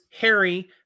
Harry